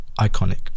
iconic